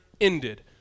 ended